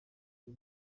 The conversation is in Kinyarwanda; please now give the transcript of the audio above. w’u